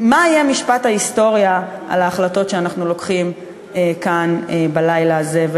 מה יהיה משפט ההיסטוריה על ההחלטות שאנחנו מחליטים כאן בלילה הזה.